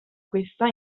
questa